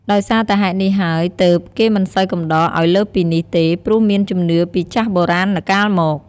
ដោយសារតែហេតុនេះហើយទើប គេមិនសូវកំដរឱ្យលើសពីនេះទេព្រោះមានជំនឿពីចាស់បុរាណកាលមក។